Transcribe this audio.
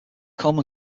come